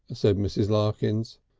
said mrs. larkins,